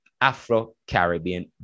Afro-Caribbean